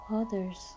others